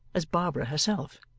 as barbara herself.